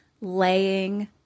laying